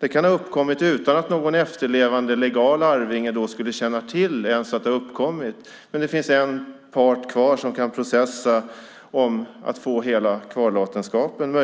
Det kan ha uppkommit utan att någon efterlevande legal arvinge ens känner till att det uppkommit, men det finns en part kvar som kan processa om att möjligen få hela kvarlåtenskapen.